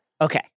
Okay